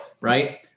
Right